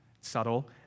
subtle